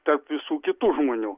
tarp visų kitų žmonių